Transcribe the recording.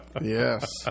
Yes